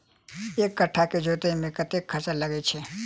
एक कट्ठा केँ जोतय मे कतेक खर्चा लागै छै?